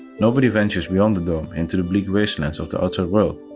nobody ventures beyond the dome into the bleak wastelands of the outside world,